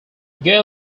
gay